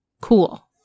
Cool